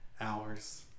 hours